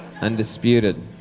Undisputed